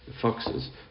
Foxes